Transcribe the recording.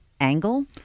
angle